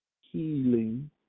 Healing